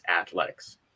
athletics